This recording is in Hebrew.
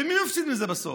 ומי מפסיד מזה בסוף?